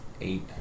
eight